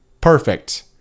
Perfect